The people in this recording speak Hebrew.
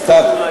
סתיו.